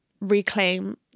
reclaim